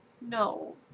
No